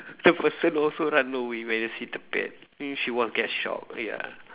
the person also run away when he see the bat mean she will get shock ya